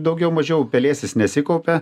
daugiau mažiau pelėsis nesikaupia